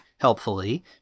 helpfully